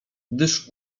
gdyż